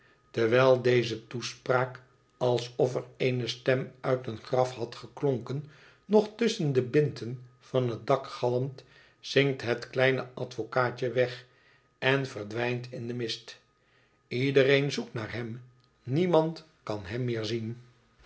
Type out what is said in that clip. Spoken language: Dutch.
terwijl deze toespraak alsof er eene stem uit een graf had geklonken nog tusschen de binten van het dak galmt zinkt het kleine advocaatje weg en verdwijnt in den mist iedereen zoekt naar hem niemand kan hem meer zien